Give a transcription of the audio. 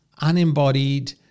unembodied